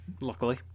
Luckily